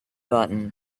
button